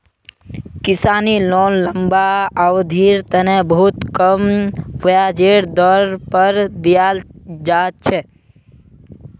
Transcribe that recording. किसानी लोन लम्बा अवधिर तने बहुत कम ब्याजेर दर पर दीयाल जा छे